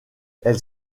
elle